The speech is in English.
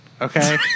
Okay